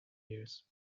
ears